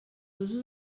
usos